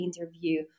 interview